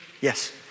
Yes